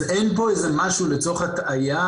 אז אין פה איזה משהו לצורך הסתרה,